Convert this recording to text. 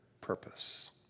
purpose